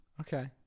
Okay